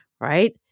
right